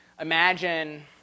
imagine